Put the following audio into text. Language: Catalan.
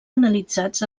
analitzats